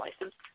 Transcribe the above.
license